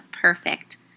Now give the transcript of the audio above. perfect